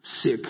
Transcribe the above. sick